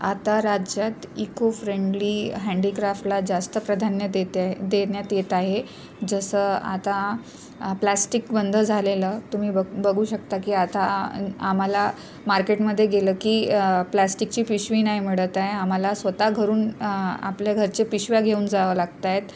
आता राज्यात इकोफ्रेंडली हँडीक्राफ्टला जास्त प्राधान्य देते आहे देण्यात येत आहे जसं आता प्लास्टिक बंद झालेलं तुम्ही बघ बघू शकता की आता आ आम्हाला मार्केटमध्ये गेलं की प्लॅस्टिकची पिशवी नाही मिळत आहे आम्हाला स्वतः घरून आपल्या घरचे पिशव्या घेऊन जावं लागत आहेत